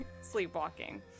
sleepwalking